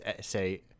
say